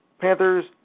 Panthers